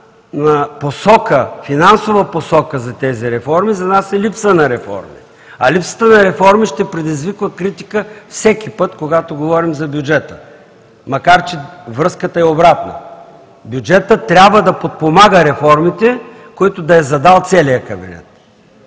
липса на финансова посока за тези реформа за нас е липса на реформи, а липсата на реформи ще предизвиква критика всеки път, когато говорим за бюджета, макар че връзката е обратна – бюджетът трябва да подпомага реформите, които да е задал целият кабинет.